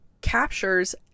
captures